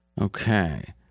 Okay